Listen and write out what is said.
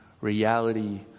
reality